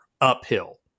uphill